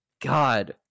God